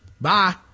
Bye